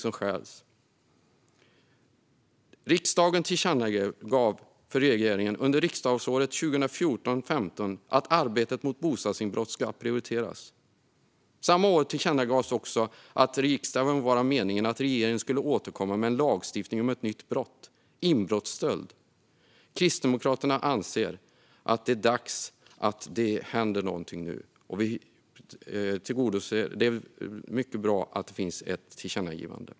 Under riksdagsåret 2014/15 tillkännagav riksdagen för regeringen att arbetet mot bostadsinbrott ska prioriteras. Samma år tillkännagavs också att riksdagen var av meningen att regeringen skulle återkomma med en lagstiftning om ett nytt brott - inbrottsstöld. Kristdemokraterna anser att det är dags att något nu händer. Det är mycket bra att det finns ett tillkännagivande.